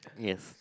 yes